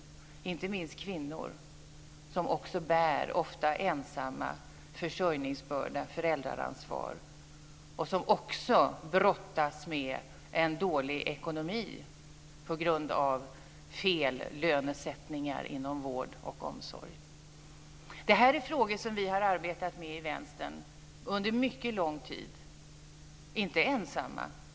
Det gäller inte minst kvinnor som ofta ensamma bär försörjningsbördan och föräldraansvaret och som också brottas med en dålig ekonomi på grund av fel lönesättningar inom vård och omsorg. Det här är frågor som vi har arbetat med i Vänstern under mycket lång tid. Vi har inte varit ensamma.